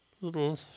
little